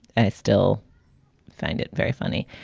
i still find it very funny.